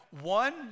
One